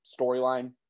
storyline